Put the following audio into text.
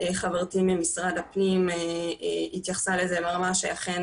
חברתי ממשרד הפנים התייחסה לזה ואמרה שאכן